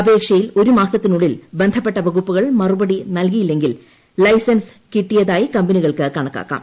അപേക്ഷയിൽ ഒരു മാസത്തിനുള്ളിൽ ബന്ധപ്പെട്ട വകുപ്പുകൾ മറുപടി നൽകിയില്ലെങ്കിൽ ലൈസൻസ് കിട്ടിയതായി കമ്പനികൾക്ക് കണക്കാക്കാം